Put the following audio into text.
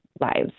lives